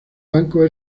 banco